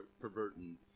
perverting